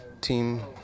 Team